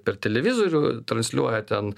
per televizorių transliuoja ten